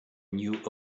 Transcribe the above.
new